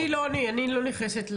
אני לא נכנסת לעניינים,